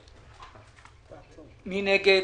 מי נגד?